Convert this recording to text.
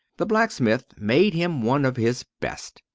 the blacksmith made him one of his best.